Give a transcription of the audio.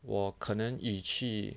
我可能语气